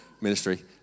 Ministry